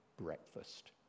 breakfast